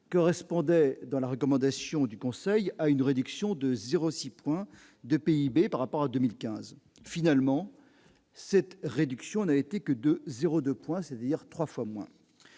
correspondait dans la recommandation du Conseil à une réduction de 0 6 point de PIB par rapport à 2015, finalement, cette réduction n'a été que de 0 2 points, c'est-à-dire 3 fois moins,